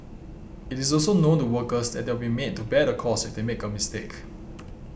it is also known to workers that they will be made to bear the cost if they make a mistake